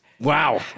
Wow